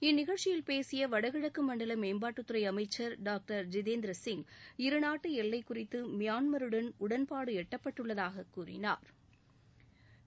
இந்நிகழ்ச்சியில் பேசிய வடகிழக்கு மண்டல மேம்பாட்டுத்துறை அமைச்சர் டாங்டர் ஜிதேந்திர சிங் இருநாட்டு எல்லை குறித்து மியான்மருடன் உடன்பாடு எட்டப்பட்டுள்ளதாக கூறினாா்